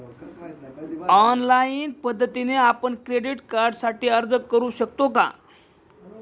Online पद्धतीने आपण credit कार्डसाठी अर्ज करु शकतो का?